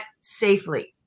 Safely